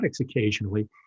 occasionally